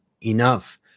enough